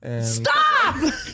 Stop